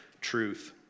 truth